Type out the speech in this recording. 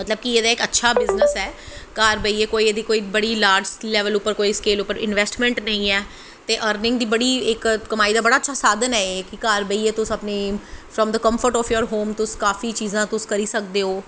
मतलव कि एह्दा इक अच्छा बिज़नस ऐ घर बेहियै कोई बड़ी लारज़ स्केल उप्पर इंबैस्टमैंट नेंई ऐ ते अर्निंग दी कमाई दी इक बड़ा अच्छा साधन ऐ एह् कि घर बेहियै तुस अपनी कंफर्ट फ्राम होम तुस बड़ी चीज़ां करी सकदे हो